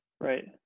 Right